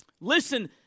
Listen